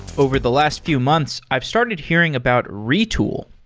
over the last few months, i've started hearing about retool.